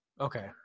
okay